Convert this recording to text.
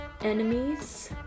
enemies